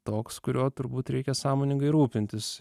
toks kuriuo turbūt reikia sąmoningai rūpintis